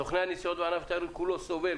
סוכני הנסיעות וענף התיירות כולו סובל,